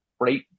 right